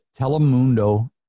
Telemundo